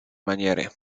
maniery